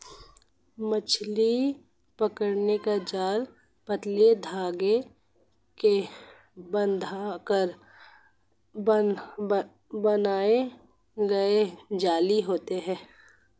मछली पकड़ने के जाल पतले धागे को बांधकर बनाई गई जाली होती हैं